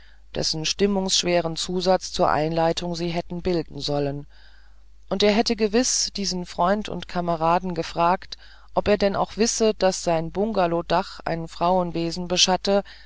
dessen stimmungsschweren zusatz zur einleitung sie hätten bilden sollen und er hätte gewiß diesen freund und kameraden gefragt ob er denn auch wisse daß sein bungalowdach ein frauenwesen beschatte